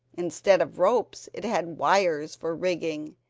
instead of ropes it had wires for rigging,